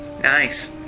Nice